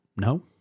no